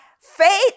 faith